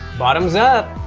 bottoms up!